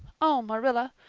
oh, marilla,